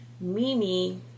Mimi